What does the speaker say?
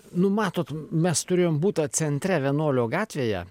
nu matot mes turėjom butą centre vienuolio gatvėje